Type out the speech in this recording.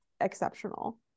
exceptional